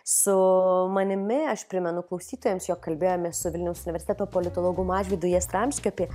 su manimi aš primenu klausytojams jog kalbėjomės su vilniaus universiteto politologu mažvydu jastramskiu apie